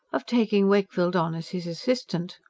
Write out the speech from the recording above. of taking wakefield on as his assistant.